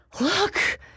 Look